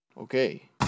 Okay